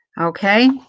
Okay